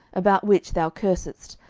about which thou cursedst,